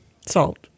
Salt